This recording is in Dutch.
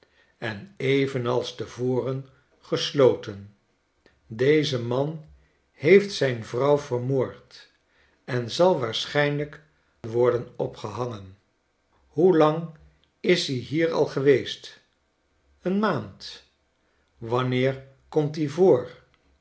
en evenals te voren gesloten deze man heeft zijn vrouw vermoord en zal waarschijnlijk worden opgehangen hoelang is-i hier al geweest een maand wanneer komt i voor